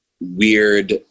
weird